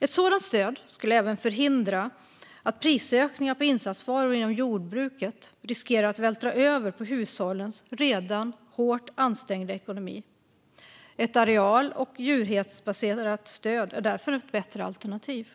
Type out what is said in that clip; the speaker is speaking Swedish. Ett sådant stöd skulle även förhindra risken att prisökningar på insatsvaror inom jordbruket vältras över på hushållens redan hårt ansträngda ekonomi. Ett areal och djurenhetsbaserat stöd är därför ett bättre alternativ.